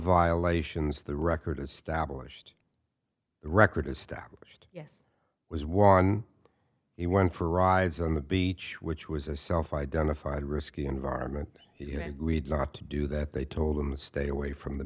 violations the record established record established yes was one he went for rides on the beach which was a self identified risky environment he did not to do that they told him to stay away from the